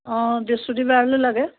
অঁ বৃহস্পতিবাৰলৈ লাগে